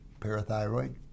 parathyroid